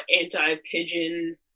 anti-pigeon